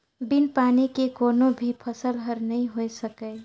बिन पानी के कोनो भी फसल हर नइ होए सकय